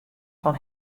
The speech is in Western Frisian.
fan